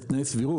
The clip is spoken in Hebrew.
את תנאי הסבירות.